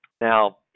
now